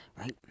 Right